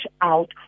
out